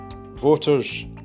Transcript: voters